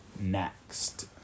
next